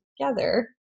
together